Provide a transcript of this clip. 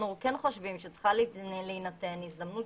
אבל אנחנו כן חושבים שצריכה להינתן הזדמנות